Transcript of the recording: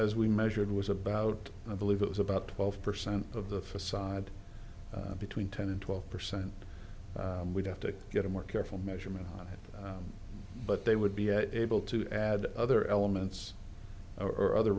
as we measured was about i believe it was about twelve percent of the facade between ten and twelve percent we'd have to get a more careful measurement but they would be able to add other elements or other